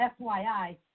FYI